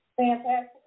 Fantastic